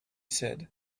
said